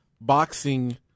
Boxing